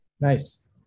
Nice